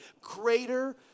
Greater